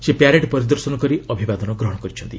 ସେ ପ୍ୟାରେଡ୍ ପରିଦର୍ଶନ କରି ଅଭିବାଦନ ଗ୍ରହଣ କରିଛନ୍ତି